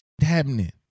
happening